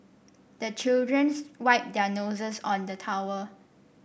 the children's wipe their noses on the towel